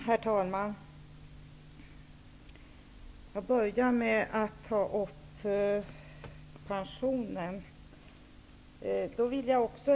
Herr talman! Jag börjar med att ta upp frågan om pensionen.